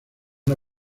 una